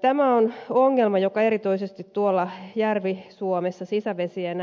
tämä on ongelma joka erityisesti tuolla järvi suomessa sisävesien